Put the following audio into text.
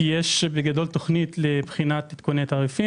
כי יש בגדול תכנית לבחינת עדכוני תעריפים